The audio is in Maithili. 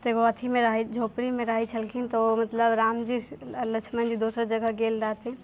ताहिके बाद अथीमे रहै झोपड़ीमे रहै छलखिन तऽ ओ मतलब रामजी आ लछमनजी दोसर जगह गेल रहथिन